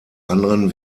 anderen